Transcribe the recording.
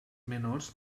menors